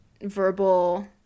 verbal